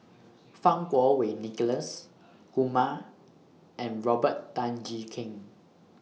Fang Kuo Wei Nicholas Kumar and Robert Tan Jee Keng